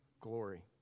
glory